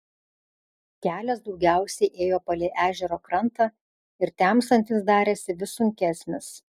kelias daugiausiai ėjo palei ežero krantą ir temstant jis darėsi vis sunkesnis